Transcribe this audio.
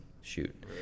shoot